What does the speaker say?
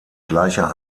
gleicher